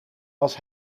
als